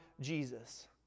Jesus